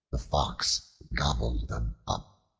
the fox gobbled them up.